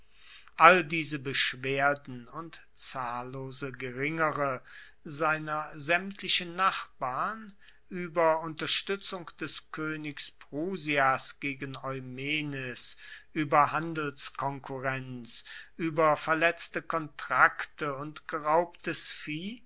all diese beschwerden und zahllose geringere seiner saemtlichen nachbarn ueber unterstuetzung des koenigs prusias gegen eumenes ueber handelskonkurrenz ueber verletzte kontrakte und